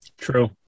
True